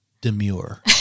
demure